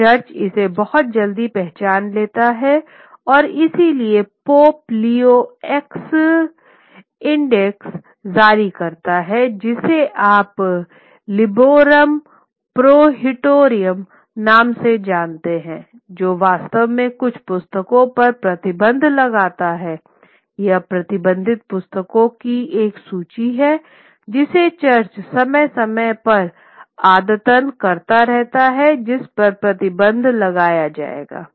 और चर्च इसे बहुत जल्दी पहचान लेता है और इसलिए पोप लियो एक्स इंडेक्स जारी करता है जिसे आप लिबरोरम प्रोहिटोरियम नाम से जानते हैं जो वास्तव में कुछ पुस्तकों पर प्रतिबंध लगाता है यह प्रतिबंधित पुस्तकों की एक सूची है जिसे चर्च समय समय पर अद्यतन करता रहता है जिस पर प्रतिबंध लगाया जाएगा